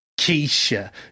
Keisha